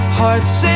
hearts